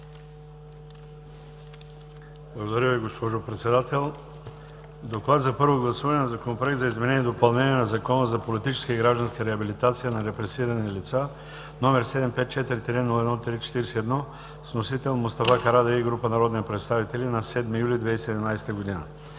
Благодаря Ви, госпожо Председател. „ДОКЛАД за първо гласуване на Законопроект за изменение и допълнение на Закона за политическа и гражданска реабилитация на репресирани лица, № 754-01-41, внесен от Мустафа Сали Карадайъ и група народни представители на 7 юли 2017 г.